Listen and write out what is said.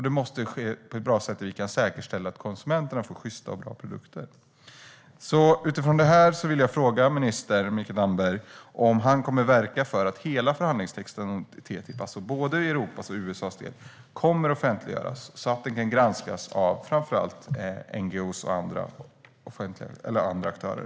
Det måste ske på ett bra sätt och så att vi kan säkerställa att konsumenterna får sjysta och bra produkter. Utifrån detta vill jag fråga minister Mikael Damberg om han kommer att verka för att hela förhandlingstexten i TTIP, alltså både Europas och USA:s delar, kommer att offentliggöras så att den kan granskas av framför allt NGO:er och andra aktörer.